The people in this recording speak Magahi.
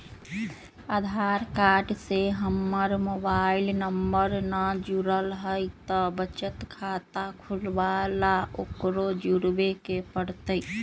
आधार कार्ड से हमर मोबाइल नंबर न जुरल है त बचत खाता खुलवा ला उकरो जुड़बे के पड़तई?